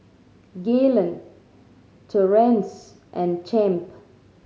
Gaylon Torrance and Champ